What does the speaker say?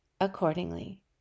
accordingly